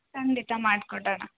ಖಂಡಿತ ಮಾಡ್ಕೊಡೋಣ